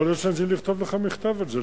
יכול להיות שעדיף לכתוב לך מכתב על זה,